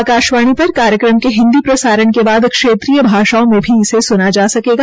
आकाशवाणी पर कार्यक्रम के हिन्दी प्रसारण के बाद क्षेत्रीय भाषाओं में भी सुना जा सकेगा